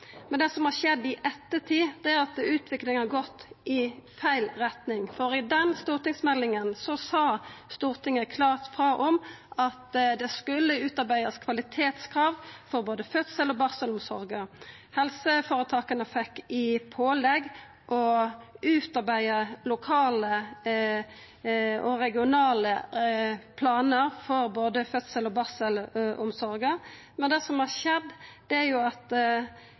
ettertid, er at utviklinga har gått i feil retning, for i den stortingsmeldinga sa Stortinget klart frå om at det skulle utarbeidast kvalitetskrav for både fødsels- og barselomsorga. Helseføretaka fekk i pålegg å utarbeida lokale og regionale planar for både fødsels- og barselomsorga, men det som har skjedd, er at